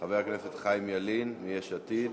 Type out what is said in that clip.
חבר הכנסת חיים ילין מיש עתיד.